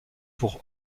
pour